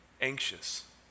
anxious